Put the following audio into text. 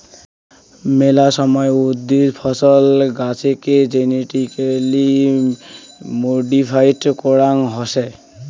মেলা সময় উদ্ভিদ, ফছল, গাছেকে জেনেটিক্যালি মডিফাইড করাং হসে